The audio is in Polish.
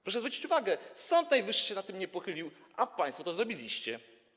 Proszę zwrócić uwagę, że Sąd Najwyższy się nad tym nie pochylił, a państwo to zrobiliście.